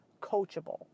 coachable